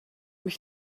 mich